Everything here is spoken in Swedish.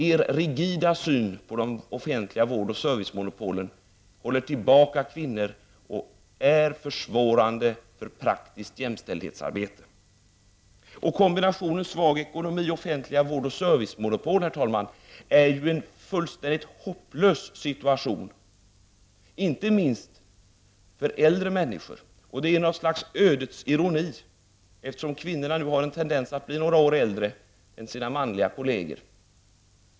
Er rigida syn på de offentliga vård och servicemonopolen håller tillbaka kvinnor och är försvårande för praktiskt jämställdhetsarbete. Herr talman! Kombinationen svag ekonomi och offentliga vård och servicemonopol innebär en fullständigt hopplös situation, inte minst för äldre människor. Det är något slags ödets ironi, eftersom kvinnor har en tendens att bli några år äldre än män.